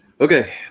Okay